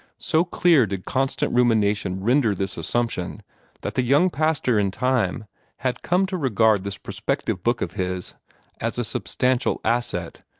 so clear did constant rumination render this assumption that the young pastor in time had come to regard this prospective book of his as a substantial asset,